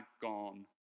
gone